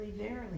verily